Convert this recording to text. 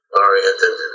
oriented